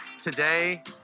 Today